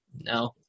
No